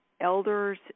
elders